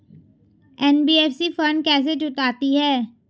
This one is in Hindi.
एन.बी.एफ.सी फंड कैसे जुटाती है?